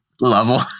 level